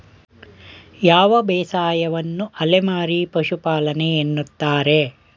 ಯಾವ ಬೇಸಾಯವನ್ನು ಅಲೆಮಾರಿ ಪಶುಪಾಲನೆ ಎನ್ನುತ್ತಾರೆ?